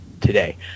today